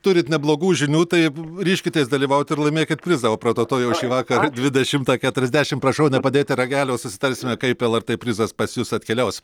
turit neblogų žinių tai ryžkitės dalyvaut ir laimėkit prizą o prototo jau šįvakar dvidešimtą keturiasdešimt prašau nepadėti ragelio susitarsime kaip lrt prizas pas jus atkeliaus